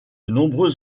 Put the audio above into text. nombreux